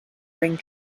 ring